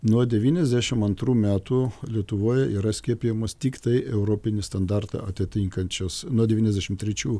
nuo devyniasdešim antrų metų lietuvoje yra skiepijamos tiktai europinį standartą atitinkančios nuo devyniasdešim trečių